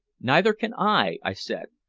neither can i, i said.